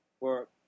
work